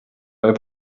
bei